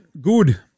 good